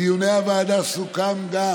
בדיוני הוועדה סוכם גם